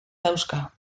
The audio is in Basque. dauzka